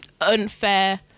unfair